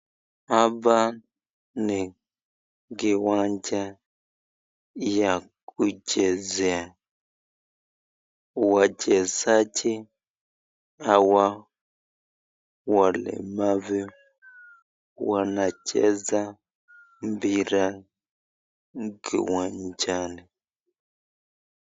Hapa ni kiwanja ya kuchezea wachezaji hawa walemavu wanachezapira kiwanjani.